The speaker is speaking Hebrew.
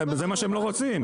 זה מה שהם לא רוצים.